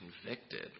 convicted